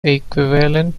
equivalent